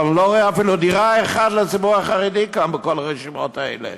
אבל אני לא רואה אפילו דירה אחת לציבור החרדי כאן בכל הרשימות האלה.